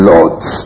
Lord's